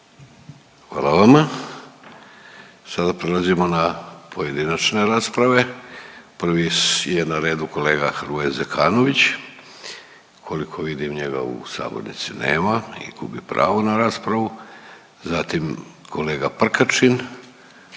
Hvala vama. Sada prelazimo na pojedinačne rasprave. Prvo je na redu kolega Hrvoje Zekanović. Koliko vidim njega u sabornici nema i gubi pravo na raspravu, zatim kolega Prkačin.